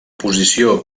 posició